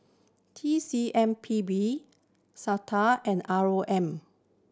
T C M P B SOTA and R O M